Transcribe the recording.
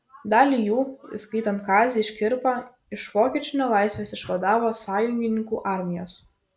dalį jų įskaitant kazį škirpą iš vokiečių nelaisvės išvadavo sąjungininkų armijos